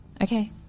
okay